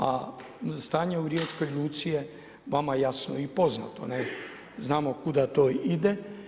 A stanje u riječkoj luci je vama jasno i poznato, ne, znamo kuda to ide.